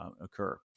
occur